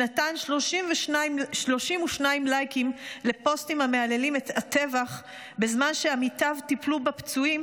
שנתן 32 לייקים לפוסטים המהללים את הטבח בזמן שעמיתיו טיפלו בפצועים,